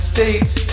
States